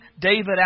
David